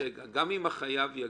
גם אם החייב יגיע,